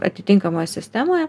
atitinkamoje sistemoje